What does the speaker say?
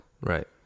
Right